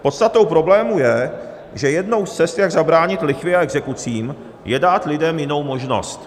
Podstatou problému je, že jednou z cest, jak zabránit lichvě a exekucím, je dát lidem jinou možnost.